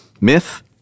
Myth